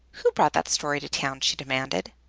who brought that story to town? she demanded.